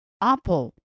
apple